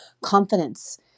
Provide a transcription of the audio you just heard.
confidence